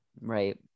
Right